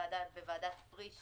בוועדת פריש